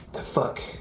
fuck